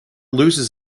loses